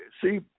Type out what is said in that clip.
see